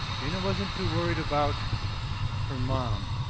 dana wasn't too worried about her mom,